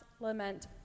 lament